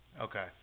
Okay